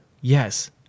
Yes